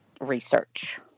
research